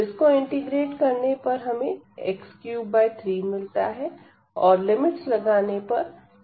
जिसको इंटीग्रेट करने से हमें x33 मिलता है और लिमिट्स लगाने पर 643 मिलता है